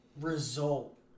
result